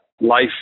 life